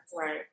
Right